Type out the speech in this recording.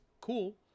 cool